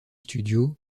studio